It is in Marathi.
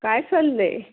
काय चाललं आहे